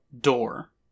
door